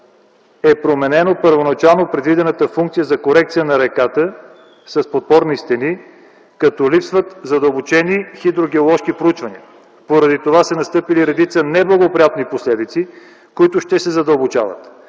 е променена първоначално предвидената функция за корекция на реката с подпорни стени като липсват задълбочени хидро-геоложки проучвания. Поради това са настъпили редица неблагоприятни последици, които ще се задълбочават.